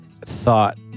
thought